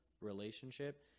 relationship